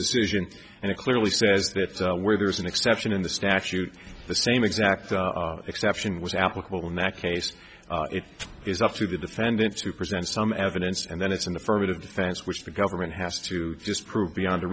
decision and it clearly says that where there is an exception in the statute the same exact exception was applicable in that case it is up to the defendant to present some evidence and then it's an affirmative defense which the government has to just prove beyond a